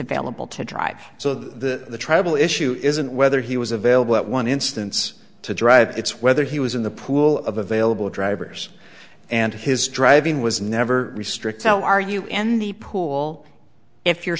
available to drive so the trouble issue isn't whether he was available at one instance to drive it's whether he was in the pool of available drivers and his driving was never restrict how are you in the pool if your